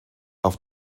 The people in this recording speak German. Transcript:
auf